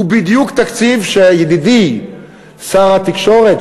הוא בדיוק תקציב שידידי שר התקשורת,